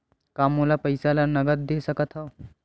का मोला पईसा ला नगद दे सकत हव?